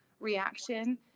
reaction